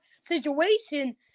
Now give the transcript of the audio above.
situation